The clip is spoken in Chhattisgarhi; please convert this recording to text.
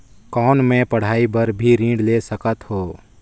कौन मै पढ़ाई बर भी ऋण ले सकत हो?